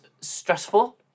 stressful